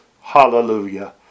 Hallelujah